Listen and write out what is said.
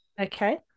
Okay